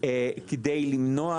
כדי למנוע